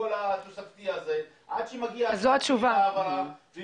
כל התקציב התוספתי עד שמגיע --- ההעברה -- זאת התשובה.